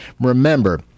remember